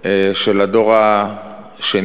של הדור השני,